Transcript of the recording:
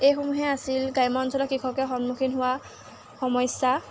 এইসমূহেই আছিল গ্ৰাম্য অঞ্চলৰ কৃষকে সন্মুখীন হোৱা সমস্যা